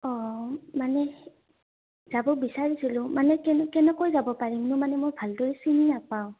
অঁ মানে যাব বিচাৰিছিলোঁ মানে কেনে কেনেকৈ যাব পাৰিমনো মানে মই ভালদৰেে চিনি নাপাওঁ